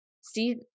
see